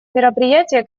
мероприятия